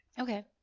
Okay